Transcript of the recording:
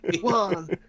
one